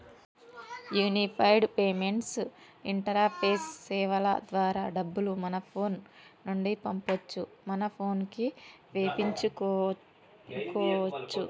unified payments interface సేవల ద్వారా డబ్బులు మన ఫోను నుండి పంపొచ్చు మన పోనుకి వేపించుకోచ్చు